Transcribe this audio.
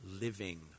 living